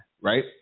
Right